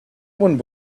one